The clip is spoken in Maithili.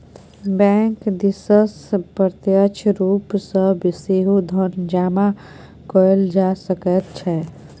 बैंक दिससँ प्रत्यक्ष रूप सँ सेहो धन जमा कएल जा सकैत छै